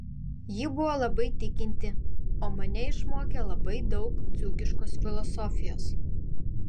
ji buvo labai tikinti o mane išmokė labai daug dzūkiškos filosofijos